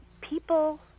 People